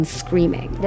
screaming